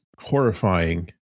horrifying